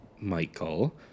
Michael